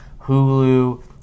Hulu